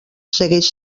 segueix